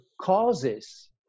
causes